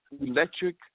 electric